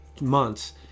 months